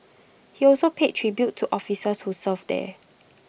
he also paid tribute to officers who served there